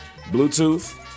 Bluetooth